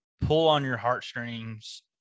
pull-on-your-heartstrings